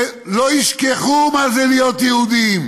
שלא ישכחו מה זה להיות יהודים.